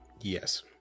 Yes